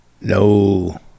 No